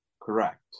correct